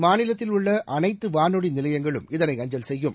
மாநிலத்தில் உள்ளஅனைத்துவானொலிநிலையங்களும் இதனை அஞ்சல் செய்யும்